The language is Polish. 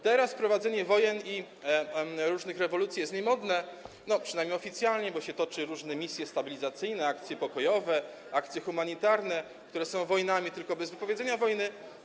Teraz prowadzenie wojen i różnych rewolucji jest niemodne, przynajmniej oficjalnie, bo się prowadzi różne misje stabilizacyjne, akcje pokojowe, akcje humanitarne, które są wojnami, tylko bez wypowiedzenia wojny.